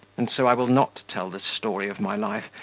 and so i will not tell the story of my life,